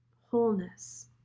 wholeness